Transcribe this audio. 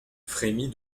frémit